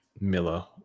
Miller